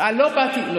לא,